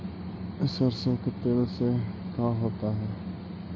सरसों के तेल से का होता है?